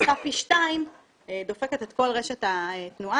עמוסה פי שניים דופקת את כל רשת התנועה.